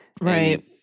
right